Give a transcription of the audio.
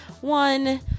One